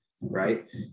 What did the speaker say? Right